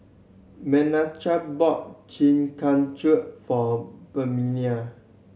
Menachem bought Chi Kak Kuih for Permelia